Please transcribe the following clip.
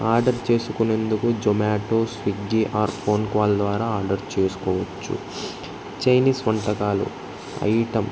order చేసుకునేందుకు Zomato Swiggy or phone call ద్వారా order చేసుకోవచ్చు చైనీస్ వంటకాలు ఐటమ్